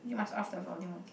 you must off the volume okay